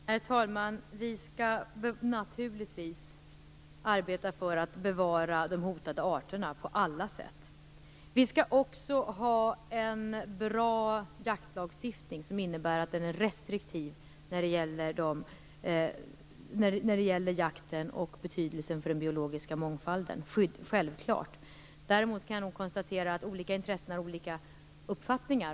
Herr talman! Regeringen skall naturligtvis på alla sätt arbeta för att bevara de hotade arterna. Vi skall ha en bra jaktlagstiftning, och det innebär att den är restriktiv när det gäller jakten och betydelsen för den biologiska mångfalden. Det är självklart. Däremot kan jag konstatera att olika intressen har olika uppfattningar.